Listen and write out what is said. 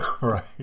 Right